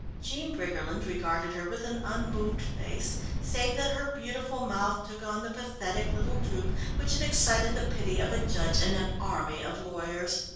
jean briggerland regarded her with an unmoved face save that her beautiful mouth took on the pathetic little droop which had excited the pity of a judge and an army of lawyers.